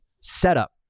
setup